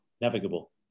navigable